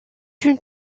une